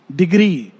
degree